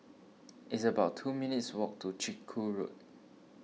it's about two minutes' walk to Chiku Road